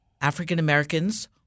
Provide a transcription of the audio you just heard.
African-Americans